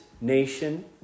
nation